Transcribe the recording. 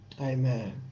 Amen